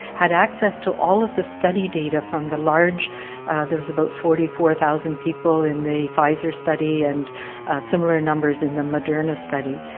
had access to all of the study data from the large there was about forty four thousand people in the pfizer study and similar numbers in the moderna study.